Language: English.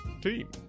team